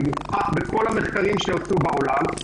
זה מוכח בכל המחקרים שעשו בעולם.